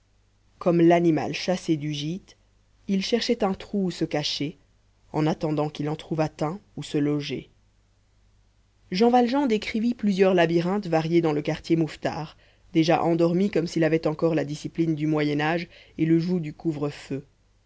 comme l'animal chassé du gîte il cherchait un trou où se cacher en attendant qu'il en trouvât un où se loger jean valjean décrivit plusieurs labyrinthes variés dans le quartier mouffetard déjà endormi comme s'il avait encore la discipline du moyen âge et le joug du couvre-feu